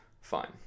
fine